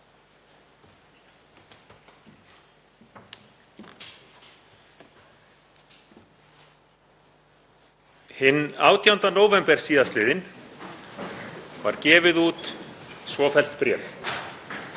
Hinn 18. nóvember síðastliðinn var gefið út svofellt bréf: